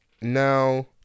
Now